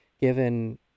given